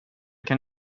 kan